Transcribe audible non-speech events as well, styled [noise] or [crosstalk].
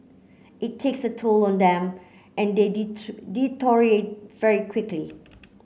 it takes a toll on them and they [unintelligible] deteriorate very quickly